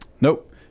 Nope